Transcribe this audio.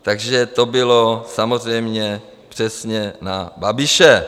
Takže to bylo samozřejmě přesně na Babiše.